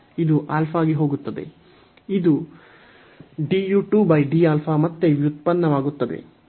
ಇಲ್ಲಿ ಮತ್ತೆ ವ್ಯುತ್ಪನ್ನವಾಗುತ್ತದೆ